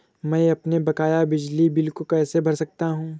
मैं अपने बकाया बिजली बिल को कैसे भर सकता हूँ?